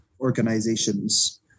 organizations